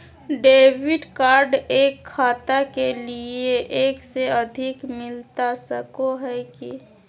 Debit card एक खाता के लिए एक से अधिक मिलता सको है की?